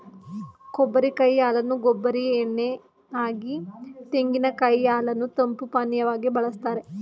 ಕೊಬ್ಬರಿ ಕಾಯಿ ಹಾಲನ್ನು ಕೊಬ್ಬರಿ ಎಣ್ಣೆ ಯಾಗಿ, ತೆಂಗಿನಕಾಯಿ ಹಾಲನ್ನು ತಂಪು ಪಾನೀಯವಾಗಿ ಬಳ್ಸತ್ತರೆ